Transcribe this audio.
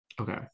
okay